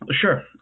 Sure